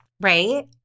Right